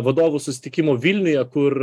vadovų sustikimo vilniuje kur